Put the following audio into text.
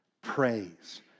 Praise